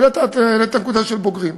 את העלית את הנקודה של בוגרים.